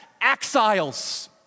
exiles